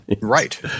Right